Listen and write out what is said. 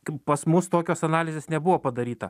k pas mus tokios analizės nebuvo padaryta